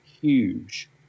huge